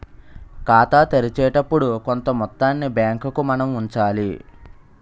ఖాతా తెరిచేటప్పుడు కొంత మొత్తాన్ని బ్యాంకుకు మనం ఉంచాలి